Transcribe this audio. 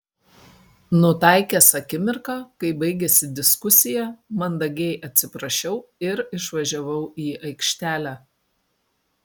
nutaikęs akimirką kai baigėsi diskusija mandagiai atsiprašiau ir išvažiavau į aikštelę